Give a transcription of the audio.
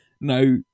Now